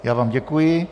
Já vám děkuji.